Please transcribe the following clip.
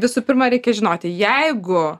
visų pirma reikia žinoti jeigu